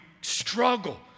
struggle